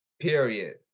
Period